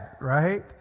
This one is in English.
right